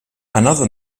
another